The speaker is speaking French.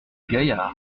gaillard